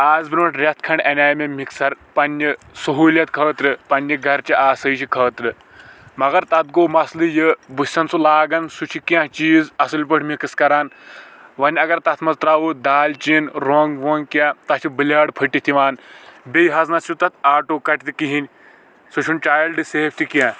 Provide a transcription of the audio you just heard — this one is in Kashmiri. اَز برونٛٹھ رٮ۪تھ کھنڈ اَنے مےٚ مِکسر پننہِ سہوٗلیت خأطرٕ پننہِ گرٕچہِ آسأیشہِ خأطرٕ مگر تَتھ گو مسلہٕ یہِ بہٕ چھُس سُہ لاگان سُہ چھ کیٚنٛہہ چیٖز اَصل پأٹھۍ مِکٔس کران وۄنٛۍ اگر تَتھ منٛز ترٛاوو دالچیٖن رۄنٛگ وۄنٛگ کیٚنٛہہ تَتھ چھ بلیڈ فُٹِتھ یِوان بیٚیہِ حظ نہ حظ چھ تَتھ آٹوٗکٹ تہِ کہیٖنۍ سُہ چھُنہٕ چایلڈ سیف تہِ کیٚنٛہہ